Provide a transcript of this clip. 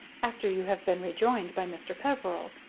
after you have been rejoined by mr. peveril.